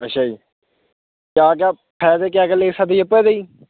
ਅੱਛਾ ਜੀ ਕਆ ਕਆ ਫ਼ਾਇਦੇ ਕਆ ਕਆ ਲੈ ਸਕਦੇ ਆਪਾਂ ਇਹਦੇ ਜੀ